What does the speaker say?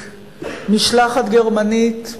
משלחת גרמנית,